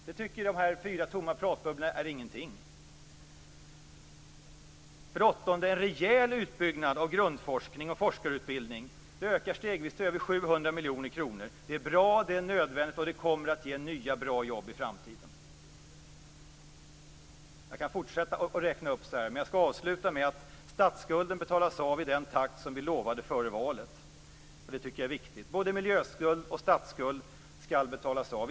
Dessa fyra tomma pratbubblor tycker inte att detta är någonting. För det åttonde: En rejäl utbyggnad av grundforskning och forskarutbildning ökar stegvis med 700 miljoner kronor. Det är bra, det är nödvändigt och det kommer att ge nya jobb i framtiden. Jag kan fortsätta min uppräkning, men jag avslutar med att säga att statsskulden betalas av i den takt som vi lovade före valet. Det är viktigt. Både miljöskuld och statsskuld skall betalas av.